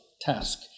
task